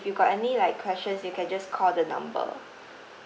you got any like questions you can just call the number